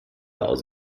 aus